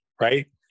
right